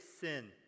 sin